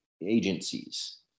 agencies